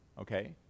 Okay